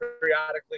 periodically